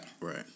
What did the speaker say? Right